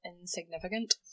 insignificant